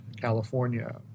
California